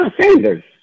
Sanders